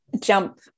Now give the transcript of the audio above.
jump